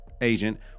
agent